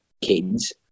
kids